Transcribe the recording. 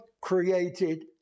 created